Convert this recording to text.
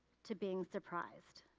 to being surprised.